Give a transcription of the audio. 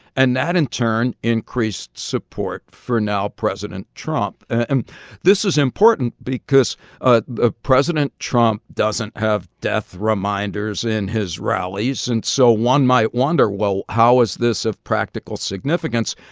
and that, in turn, increased support for now president trump. and this is important because ah ah president trump doesn't have death reminders in his rallies, and so one might wonder, well, how is this of practical significance?